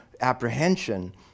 apprehension